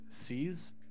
sees